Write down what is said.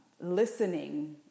listening